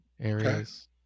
areas